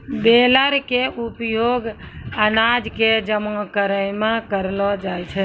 baler के उपयोग अनाज कॅ जमा करै मॅ करलो जाय छै